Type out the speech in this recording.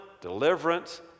deliverance